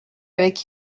avec